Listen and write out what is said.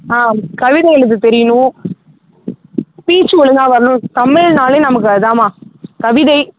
ஆ கவிதை எழுத தெரியணும் ஸ்பீச்சு ஒழுங்காக வரணும் தமிழ்னாலே நமக்கு அதாம்மா கவிதை